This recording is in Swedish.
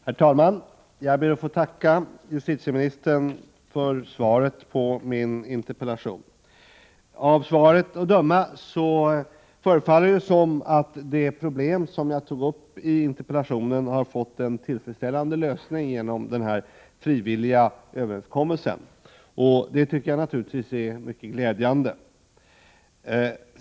Herr talman! Jag ber att få tacka justitieministern för svaret på min interpellation. Av svaret att döma förefaller det som om det problem som jag tog upp i interpellationen har fått en tillfredsställande lösning genom den frivilliga överenskommelsen, och det tycker jag naturligtvis är mycket glädjande.